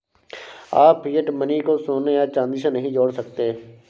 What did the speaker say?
आप fiat money को सोने या चांदी से नहीं जोड़ सकते